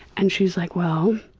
and she's like well,